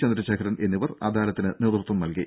ചന്ദ്രശേഖരൻ എന്നിവർ അദാലത്തിന് നേതൃത്വം നൽകി